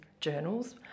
journals